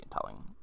telling